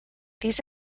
these